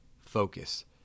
focus